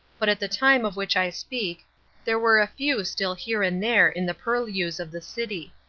but at the time of which i speak there were a few still here and there in the purlieus of the city.